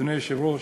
אדוני היושב-ראש,